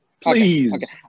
Please